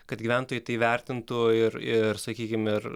kad gyventojai tai vertintų ir ir sakykim ir